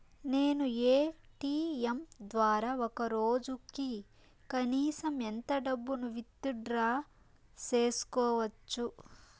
నేను ఎ.టి.ఎం ద్వారా ఒక రోజుకి కనీసం ఎంత డబ్బును విత్ డ్రా సేసుకోవచ్చు?